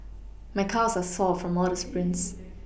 my calves are sore from all the sprints